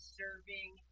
serving